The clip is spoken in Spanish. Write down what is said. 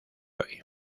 hoy